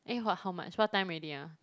eh what how much what time already ah